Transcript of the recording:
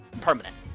permanent